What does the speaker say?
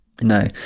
No